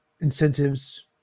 incentives